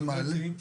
רק חיילים.